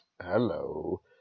hello